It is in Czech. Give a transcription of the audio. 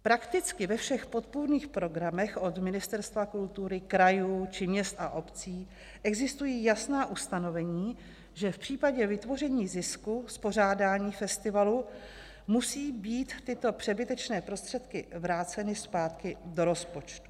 Prakticky ve všech podpůrných programech od Ministerstva kultury, krajů, či měst a obcí existují jasná ustanovení, že v případě vytvoření zisku z pořádání festivalu musejí být tyto přebytečné prostředky vráceny zpátky do rozpočtu.